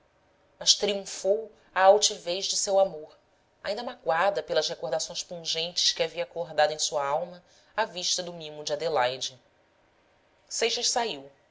mas triunfou a altivez de seu amor ainda magoada pelas recordações pungentes que havia acordado em sua alma a vista do mimo de adelaide seixas saiu